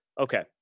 Okay